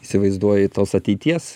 įsivaizduoji tos ateities